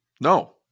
no